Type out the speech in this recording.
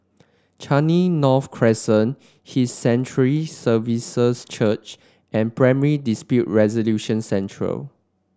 Changi North Crescent His Sanctuary Services Church and Primary Dispute Resolution Centre